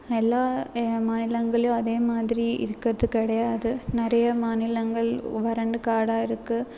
எல்லா ஏ மாநிலங்கள்லேயும் அதே மாதிரி இருக்கிறது கிடையாது நிறைய மாநிலங்கள் ஒன்று ரெண்டு காடாக இருக்குது